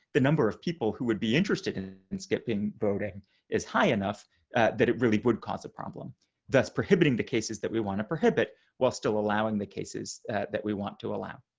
the number of people who would be interested in and skipping voting is high enough that it really would cause a problem that's prohibiting the cases that we want to prohibit while still allowing the cases that we want to allow